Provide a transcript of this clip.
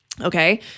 Okay